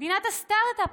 מדינת הסטרטאפ,